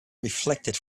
reflected